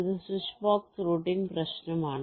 ഇത് switch box routing പ്രശ്നമാണ്